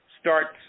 starts